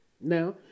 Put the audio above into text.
Now